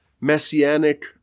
messianic